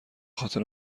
خاطر